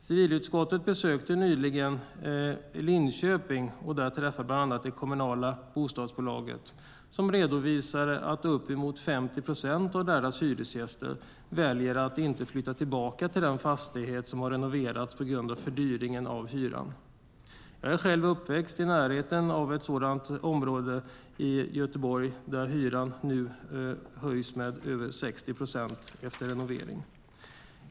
Civilutskottet besökte nyligen Linköping och träffade där bland annat det kommunala bostadsbolaget, som redovisade att uppemot 50 procent av deras hyresgäster väljer att inte flytta tillbaka till den fastighet som har renoverats på grund av fördyringen av hyran. Jag är själv uppvuxen i närheten av ett område i Göteborg där hyran nu höjs med över 60 procent efter renovering.